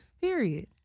Period